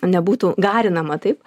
nebūtų garinama taip